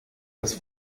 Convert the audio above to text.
das